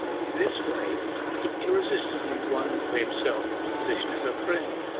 in this way he irresistibly won for himself a position as her friend,